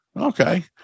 Okay